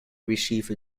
receive